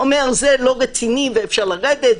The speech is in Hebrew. אומר: זה לא רציני ואפשר לרדת,